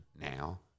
now